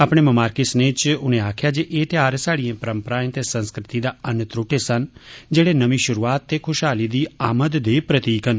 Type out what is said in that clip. अपने ममारकी सनेह् च उने आक्खेआ जे एह् ध्यार स्हाड़िएं परम्पराएं ते संस्कृति दा अनत्रुट्ट हिस्सा न जेड़े नमीं शुरूआत ते खुशहाली दी आमद दे प्रतीक न